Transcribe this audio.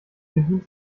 bedient